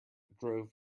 drove